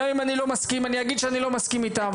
גם אם אני לא מסכים אני אגיד שאני לא מסכים איתם.